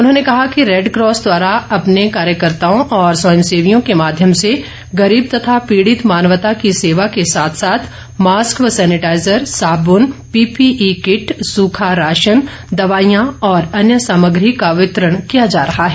उन्होंने कहा कि रेडक्रॉस द्वारा अपने कार्यकर्ताओं और स्वयंसेवियों के माध्यम से गरीब तथा पीड़ित मानवता की सेवा के साथ साथ मास्क व सैनिटाईजर साबुन पीपीई किट सूखा राशन दवाईयां और अन्य सामग्री का वितरण किया जा रहा है